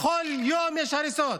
בכל יום יש הריסות.